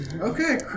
Okay